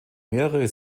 mehrere